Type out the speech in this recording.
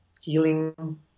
healing